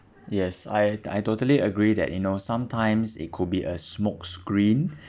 yes I I totally agree that you know sometimes it could be a smokescreen